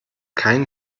keinen